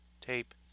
tape